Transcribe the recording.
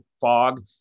fog